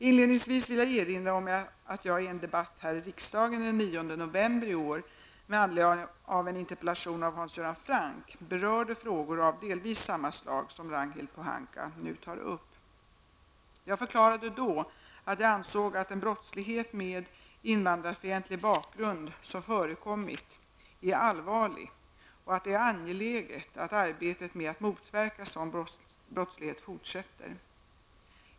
Inledningsvis vill jag erinra om att jag i en debatt här i riksdagen den 9 november i år med anledning av en interpellation av Hans Göran Franck berörde frågor av delvis samma slag som Ragnhild Pohanka nu tar upp . Jag förklarade då att jag ansåg att den brottslighet med invandrarfientlig bakgrund som förekommit är allvarlig och att det är angeläget att arbetet med att motverka sådan brottslighet fortsätter.